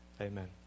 amen